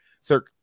Sir